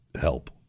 help